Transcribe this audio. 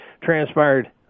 transpired